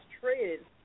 traded